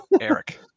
Eric